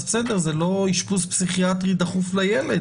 אז בסדר זה לא אשפוז פסיכיאטרי דחוף לילד,